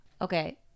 Okay